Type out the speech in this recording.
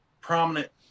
prominent